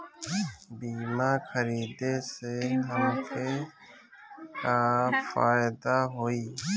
बीमा खरीदे से हमके का फायदा होई?